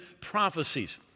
prophecies